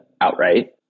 outright